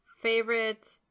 Favorite